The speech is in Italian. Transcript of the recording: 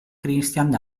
christian